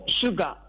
sugar